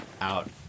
out